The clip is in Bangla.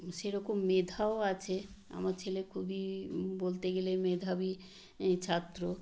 সেরকম মেধাও আছে আমার ছেলে খুবই বলতে গেলে মেধাবী এ ছাত্র